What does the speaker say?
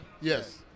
Yes